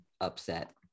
upset